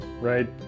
right